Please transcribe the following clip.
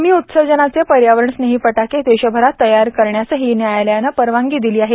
कमी उत्सर्जनाचे पर्यावरणस्नेही फटाके देशभरात तयार करण्यासही न्यायालयानं परवानगी दिली आहे